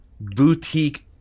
boutique